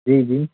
जी जी